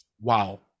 Wow